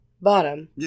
bottom